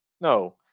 No